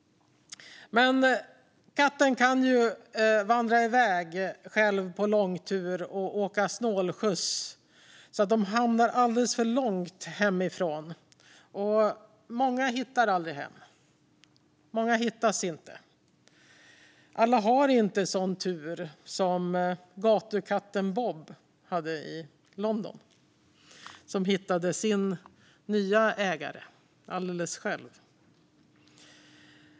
Katten kan ju vandra iväg själv på långtur och åka snålskjuts så att den hamnar alldeles för långt hemifrån, och många hittar aldrig hem och hittas inte. Alla har inte en sådan tur som gatukatten Bob hade i London, som hittade sin nya ägare alldeles själv.